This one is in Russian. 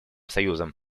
союзом